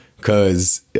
Cause